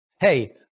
hey